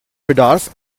bedarf